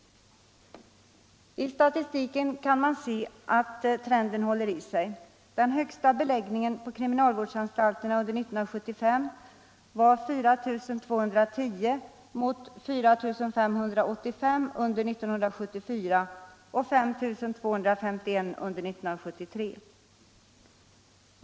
Av statistiken kan man nu se att trenden håller i sig. Den högsta beläggningen på kriminalvårdsanstalterna under 1975 var 4 210 mot 4 585 under 1974 och 5 251 under 1973.